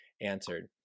answered